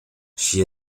she